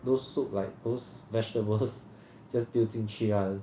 those soup like those vegetables just 丢进去 [one]